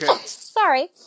Sorry